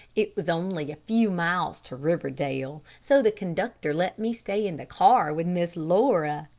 it was only a few miles to riverdale, so the conductor let me stay in the car with miss laura.